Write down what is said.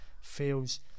feels